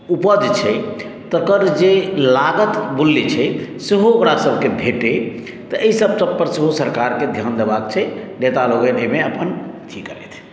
उपज छै तकर जे लागत मुल्य छै सेहो एकरा सभकेँ भेटै तऽ अहि सभपर सेहो सरकारकेँ ध्यान देबाक छै नेता लोकनि अपन एहिमे एथी करथि